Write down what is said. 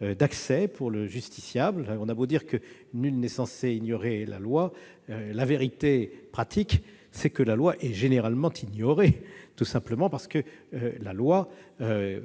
d'accès pour le justiciable. On a beau dire que nul n'est censé ignorer la loi, la vérité pratique, c'est que la loi est généralement ignorée, tout simplement parce que la loi